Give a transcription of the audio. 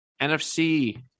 NFC